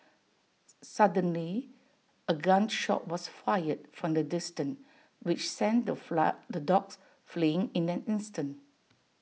suddenly A gun shot was fired from A distance which sent the flag the dogs fleeing in an instant